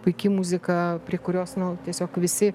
puiki muzika prie kurios na jau tiesiog visi